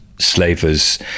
slavers